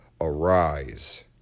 arise